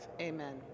Amen